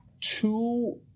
two